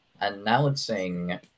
announcing